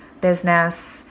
business